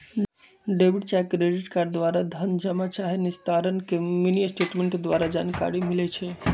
debit चाहे credit card द्वारा धन जमा चाहे निस्तारण के मिनीस्टेटमेंट द्वारा जानकारी मिलइ छै